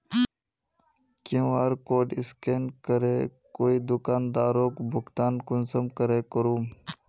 QR code scan करे कोई दुकानदारोक भुगतान कुंसम करे करूम?